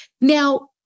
Now